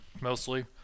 mostly